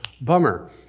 bummer